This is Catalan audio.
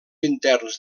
interns